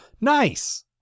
Nice